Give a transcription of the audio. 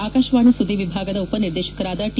ಆಕಾಶವಾಣಿ ಸುದ್ದಿ ವಿಭಾಗದ ಉಪ ನಿರ್ದೇಶಕರಾದ ಟಿ